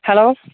hello